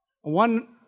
One